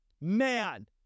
Man